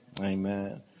Amen